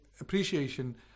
appreciation